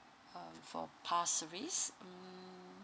um for pasir ris mm